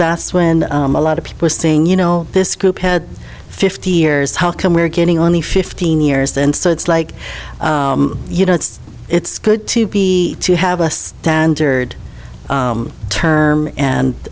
that's when a lot of people are saying you know this group had fifty years how come we're getting only fifteen years and so it's like you know it's it's good to be to have a standard term and